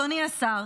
אדוני השר,